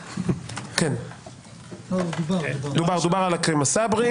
דובר על עכרמה סברי.